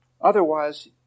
otherwise